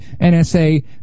NSA